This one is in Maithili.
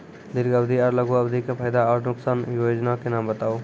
दीर्घ अवधि आर लघु अवधि के फायदा आर नुकसान? वयोजना के नाम बताऊ?